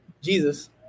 Jesus